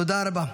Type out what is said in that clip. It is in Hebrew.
תודה רבה.